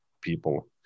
people